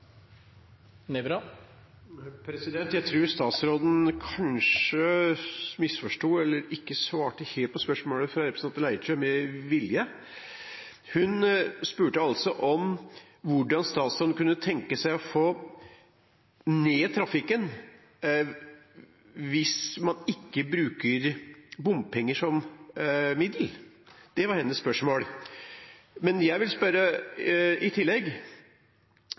Jeg tror statsråden kanskje misforsto eller med vilje ikke svarte helt på spørsmålet fra representanten Leirtrø. Hun spurte om hvordan statsråden kunne tenke seg å få ned trafikken hvis man ikke bruker bompenger som middel. Det var hennes spørsmål. Jeg lurer i tillegg